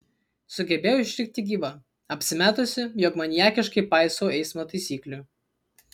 sugebėjau išlikti gyva apsimetusi jog maniakiškai paisau eismo taisyklių